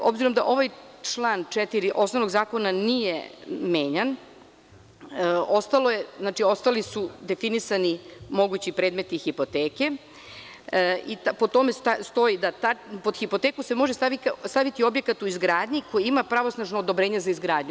S obzirom da ovaj član 4. osnovnog zakona nije menjan, ostali su definisani mogući predmeti hipoteke i po tome stoji da se pod hipoteku može staviti objekat u izgradnji koji ima pravosnažno odobrenje za izgradnju.